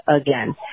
again